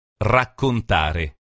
raccontare